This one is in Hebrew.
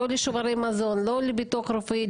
לא לשוברי מזון ולא לביטוח רפואי.